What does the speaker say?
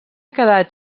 quedat